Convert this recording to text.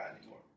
anymore